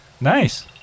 Nice